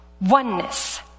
oneness